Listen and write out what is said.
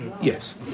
Yes